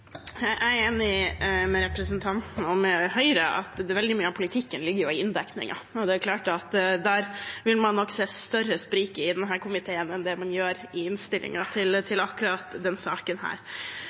Jeg er enig med representanten og Høyre i at veldig mye av politikken ligger i inndekningen, og det er klart at man vil nok se et større sprik i denne komiteen enn man gjør i innstillingen til